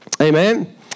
Amen